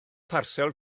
parsel